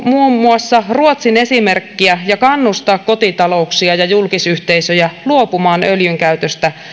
muun muassa ruotsin esimerkkiä ja kannustaa kotitalouksia ja julkisyhteisöjä luopumaan öljyn käytöstä